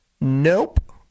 Nope